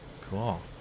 cool